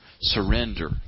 Surrender